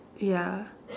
ya